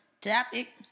Topic